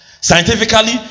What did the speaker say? Scientifically